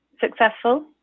successful